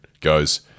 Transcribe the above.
goes